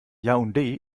yaoundé